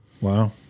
wow